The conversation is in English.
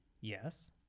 yes